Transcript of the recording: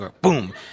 boom